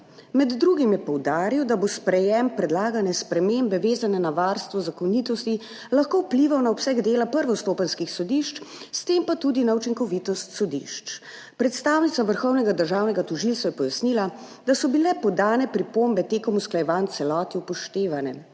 Med drugim je poudaril, da bo sprejetje predlagane spremembe, vezane na varstvo zakonitosti, lahko vplivalo na obseg dela prvostopenjskih sodišč, s tem pa tudi na učinkovitost sodišč. Predstavnica Vrhovnega državnega tožilstva je pojasnila, da so bile podane pripombe med usklajevanji v celoti upoštevane.